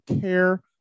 care